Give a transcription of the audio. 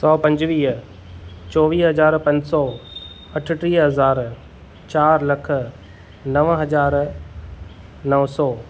सौ पंजुवीह चोवीह हज़ार पंज सौ अठटीह हज़ार चारि लख नव हज़ार नव सौ